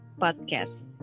podcast